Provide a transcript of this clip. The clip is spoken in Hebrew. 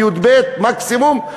י"ב מקסימום,